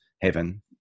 heaven